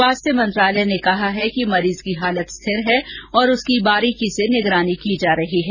स्वास्थ्य मंत्रालय ने कहा है कि मरीज की हालत स्थिर है और उसकी बारीकी से निगरानी जा रही है